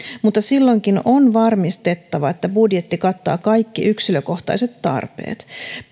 mutta silloinkin on varmistettava että budjetti kattaa kaikki yksilökohtaiset tarpeet